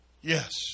yes